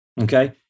Okay